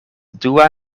dua